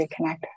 reconnect